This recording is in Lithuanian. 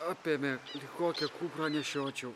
apėmė kokią kuprą nešiočiau